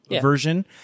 version